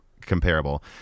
comparable